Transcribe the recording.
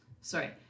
sorry